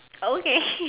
okay